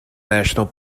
national